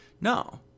No